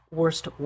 worst